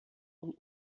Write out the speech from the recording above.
und